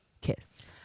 kiss